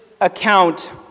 account